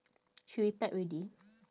she replied already